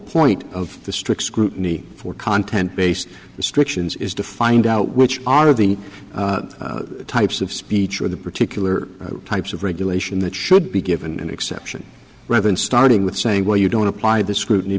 point of the strict scrutiny for content based restrictions is to find out which are the types of speech or the particular types of regulation that should be given an exception rather than starting with saying well you don't apply the scrutiny